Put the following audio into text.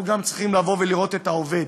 אנחנו גם צריכים לבוא ולראות את העובד,